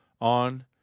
on